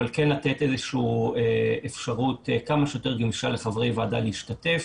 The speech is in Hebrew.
אבל כן לתת איזושהי אפשרות כמה שיותר גמישה לחברי ועדה להשתתף,